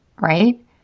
Right